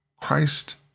Christ